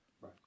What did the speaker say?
Right